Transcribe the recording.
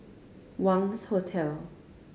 Wangz Hotel